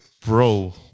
Bro